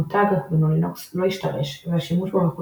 מותג "גנו/לינוקס" לא השתרש והשימוש בו מחוץ